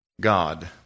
God